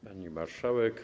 Pani Marszałek!